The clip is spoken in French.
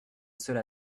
cela